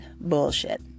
bullshit